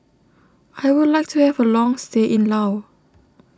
I would like to have a long stay in Laos